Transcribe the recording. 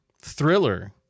Thriller